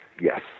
Yes